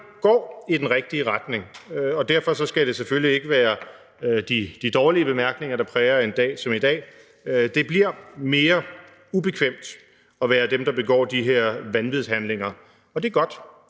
går i den rigtige retning, og derfor skal det selvfølgelig ikke være de dårlige bemærkninger, der præger en dag som i dag. Det bliver mere ubekvemt at være dem, der begår de her vanvidshandlinger, og det er godt.